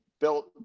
built